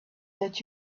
that